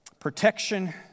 protection